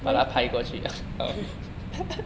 wave 掉